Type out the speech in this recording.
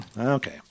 okay